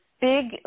big